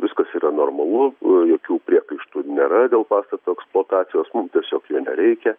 viskas yra normalu jokių priekaištų nėra dėl pastato ekspotacijos mum tiesiog jo nereikia